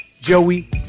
Joey